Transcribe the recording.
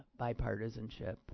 bipartisanship